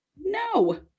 no